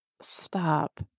stop